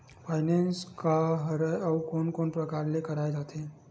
Finance का हरय आऊ कोन कोन प्रकार ले कराये जाथे?